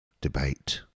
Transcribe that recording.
debate